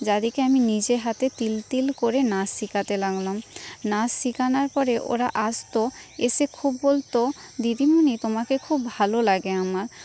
যাদিকে আমি নিজে হাতে তিল তিল করে নাচ শেখাতে লাগলাম নাচ শেখানোর পরে ওরা আসতো এসে খুব বলতো দিদিমণি তোমাকে খুব ভালো লাগে আমার